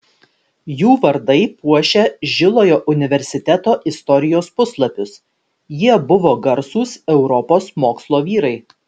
jų vardai puošia žilojo universiteto istorijos puslapius jie buvo garsūs europos mokslo vyrai